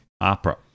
opera